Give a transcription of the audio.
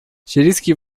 сирийские